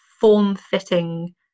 form-fitting